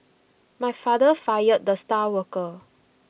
my father fired the star worker